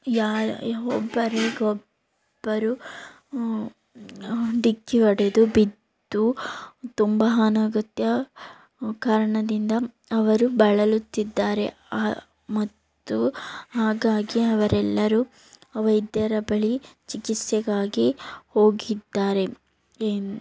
ಯಾ ಒಬ್ಬರಿಗೊಬ್ಬರು ಡಿಕ್ಕಿ ಹೊಡೆದು ಬಿದ್ದು ತುಂಬ ಹಾನಗುತ್ತೆ ಕಾರಣದಿಂದ ಅವರು ಬಳಲುತ್ತಿದ್ದಾರೆ ಮತ್ತು ಹಾಗಾಗಿ ಅವರೆಲ್ಲರೂ ವೈದ್ಯರ ಬಳಿ ಚಿಕಿತ್ಸೆಗಾಗಿ ಹೋಗಿದ್ದಾರೆ ಏನು